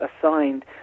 assigned